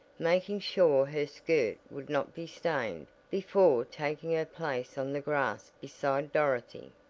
making sure her skirt would not be stained, before taking her place on the grass beside dorothy.